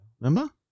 Remember